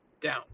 down